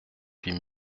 huit